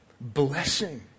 blessing